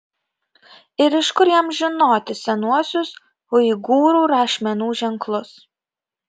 ir iš kur jam žinoti senuosius uigūrų rašmenų ženklus